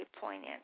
poignant